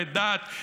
לדת,